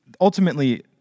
ultimately